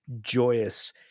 joyous